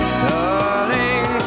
darling